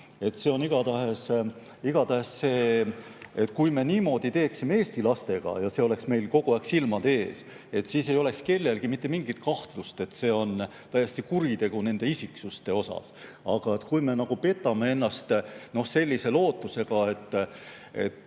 Igatahes, kui me niimoodi teeksime Eesti lastega ja see oleks meil kogu aeg silmade ees, siis ei oleks kellelgi mitte mingit kahtlust, et see on täielik kuritegu nende isiksuse suhtes. Aga kui me petame ennast sellise lootusega, et